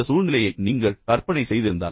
இந்த சூழ்நிலையை நீங்கள் கற்பனை செய்திருந்தால்